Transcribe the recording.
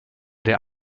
der